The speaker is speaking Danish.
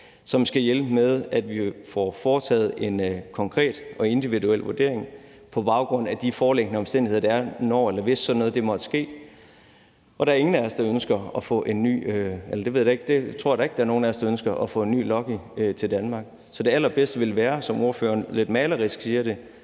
som skal hjælpe med, at vi får foretaget en konkret og individuel vurdering på baggrund af de foreliggende omstændigheder, der er, når eller hvis sådan noget måtte ske. Der er ingen af os, der ønsker – eller det ved jeg da ikke; det tror jeg da ikke at der er